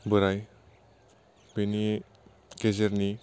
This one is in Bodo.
बोराइ बेनि गेजेरनि